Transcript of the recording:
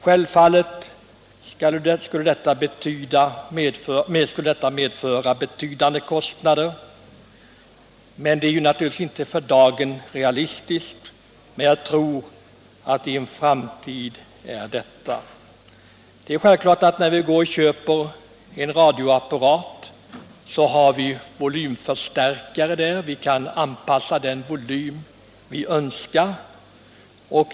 Självfallet skulle detta medföra betydande kostnader, och det är naturligtvis inte för dagen realistiskt, men jag tror att det i en framtid är möjligt. När vi köper en radioapparat finner vi det självklart att den är försedd med volymförstärkare — att vi kan anpassa ljudet till den volym vi önskar.